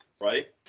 Right